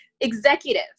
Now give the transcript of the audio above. Executive